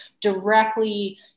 directly